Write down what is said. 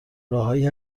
راههایی